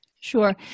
Sure